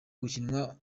gukinwa